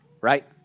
right